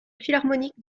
philharmonique